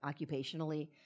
occupationally